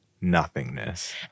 nothingness